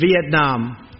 Vietnam